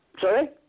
Sorry